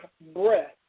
breath